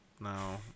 No